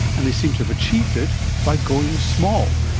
and they seem to have achieved it by going small.